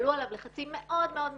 הופעלו על אדם לחצים מאוד מאוד קשים,